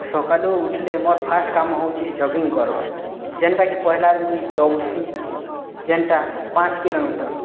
ସକାଲୁ ଉଠ୍ଲେ ମୋର୍ ଫାର୍ଷ୍ଟ୍ କାମ୍ ହଉଛେ ଜଗିଙ୍ଗ୍ କର୍ବା ଯେନ୍ଟାକି ପହେଲାରେ ମୁଇଁ ଦୌଡ଼ିସିଁ ଯେନ୍ଟା ପାଞ୍ଚ୍ କିଲୋମିଟର୍